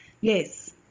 Yes